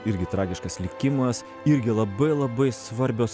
irgi tragiškas likimas irgi labai labai svarbios